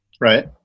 Right